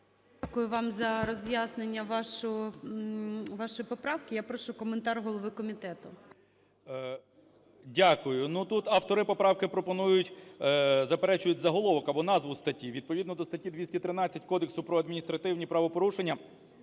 Дякую вам за роз'яснення вашої поправки. Я прошу коментар голови комітету. 12:47:53 КНЯЖИЦЬКИЙ М.Л. Дякую. Ну тут автори поправки пропонують… заперечують заголовок або назву статті. Відповідно до статті 213 Кодексу про адміністративні правопорушення